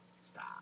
stop